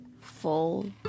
full